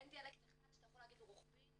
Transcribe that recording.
אין דיאלקט אחד שאתה יכול להגיד שהוא רוחבי.